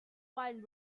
wine